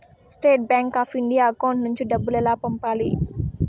State Bank of India account నుంచి డబ్బులు ఎలా పంపాలి?